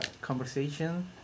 conversation